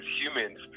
humans